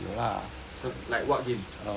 like what game